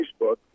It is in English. Facebook